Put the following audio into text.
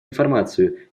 информацию